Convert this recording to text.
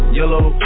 yellow